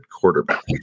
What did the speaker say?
quarterback